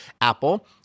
Apple